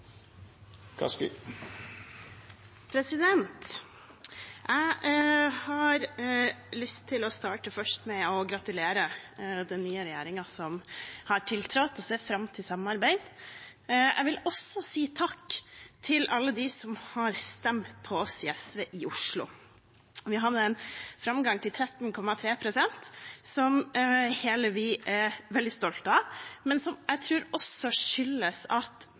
Jeg har lyst til å starte med å gratulere den nye regjeringen som har tiltrådt, og ser fram til samarbeid. Jeg vil også si takk til alle dem som har stemt på oss i SV i Oslo. Vi hadde en framgang til 13,3 pst., som hele vi er veldig stolt av, men som jeg tror også skyldes at